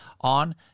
on